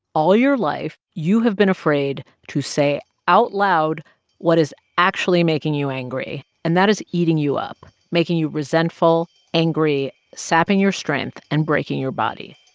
all your life, you have been afraid to say out loud what is actually making you angry. and that is eating you up, making you resentful, angry, sapping your strength and breaking your body.